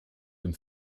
dem